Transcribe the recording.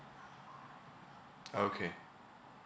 okay